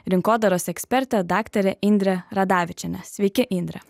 rinkodaros ekspertė daktarė indrė radavičienė sveiki indre